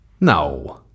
No